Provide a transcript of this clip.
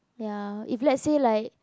ya if let's say like